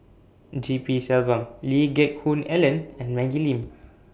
G P Selvam Lee Geck Hoon Ellen and Maggie Lim